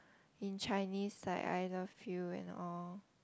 in Chinese like I love you and all